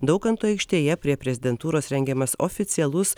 daukanto aikštėje prie prezidentūros rengiamas oficialus